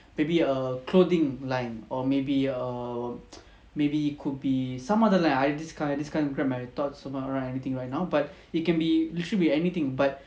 maybe err clothing line or maybe or maybe it could be some other line this kind this kind of grab my thought so not anything right now but it can be it should be anything but